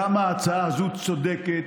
כמה ההצעה הזו צודקת,